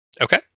Okay